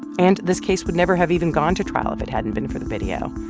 and this case would never have even gone to trial if it hadn't been for the video.